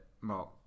Mark